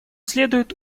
следует